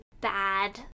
bad